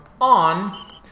on